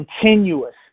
continuous